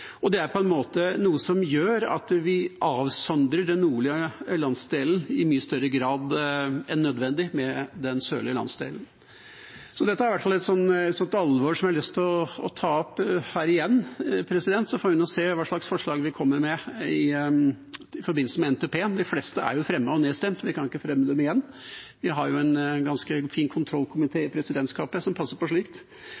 noe som gjør at vi på en måte avsondrer den nordlige landsdelen i mye større grad enn nødvendig fra den sørlige landsdelen. Dette er i hvert fall et alvorlig tema som jeg har lyst til å ta opp her igjen, så får vi se hva slags forslag vi kommer med i forbindelse med NTP-en. De fleste er fremmet og nedstemt, så vi kan ikke fremme dem igjen. Vi har jo en ganske fin